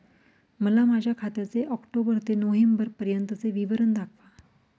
मला माझ्या खात्याचे ऑक्टोबर ते नोव्हेंबर पर्यंतचे विवरण दाखवा